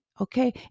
Okay